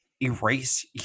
erase